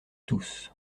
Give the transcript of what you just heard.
tous